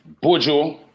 Bojo